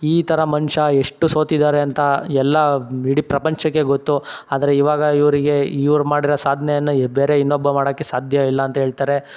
ಈ ಥರ ಮನುಷ್ಯ ಎಷ್ಟು ಸೋತಿದ್ದಾರೆ ಅಂತ ಎಲ್ಲ ಇಡಿ ಪ್ರಪಂಚಕ್ಕೇ ಗೊತ್ತು ಆದರೆ ಇವಾಗ ಇವರಿಗೆ ಇವರು ಮಾಡಿರೋ ಸಾಧನೆಯನ್ನ ಬೇರೆ ಇನ್ನೊಬ್ಬ ಮಾಡೋಕ್ಕೆ ಸಾಧ್ಯವಿಲ್ಲ ಅಂತ ಹೇಳ್ತಾರೆ